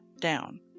down